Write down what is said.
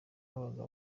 babaga